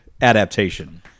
adaptation